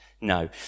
No